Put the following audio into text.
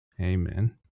Amen